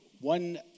one